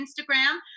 Instagram